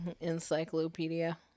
Encyclopedia